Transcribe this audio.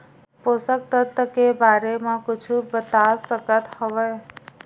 पोषक तत्व के बारे मा कुछु बता सकत हवय?